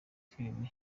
filimi